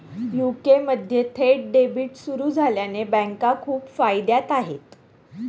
UK मध्ये थेट debit सुरू झाल्याने बँका खूप फायद्यात आहे